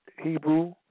Hebrew